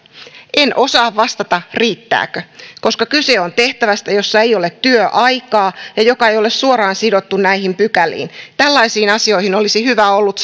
en osaa vastata riittääkö koska kyse on tehtävästä jossa ei ole työaikaa ja joka ei ole suoraan sidottu näihin pykäliin tällaisiin asioihin olisi hyvä ollut